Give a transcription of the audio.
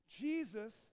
Jesus